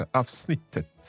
avsnittet